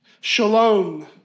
Shalom